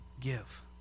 give